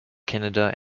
canada